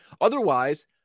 Otherwise